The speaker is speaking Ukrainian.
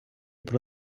про